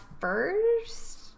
first